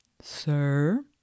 Sir